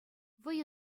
вӑйӑ